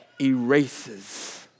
erases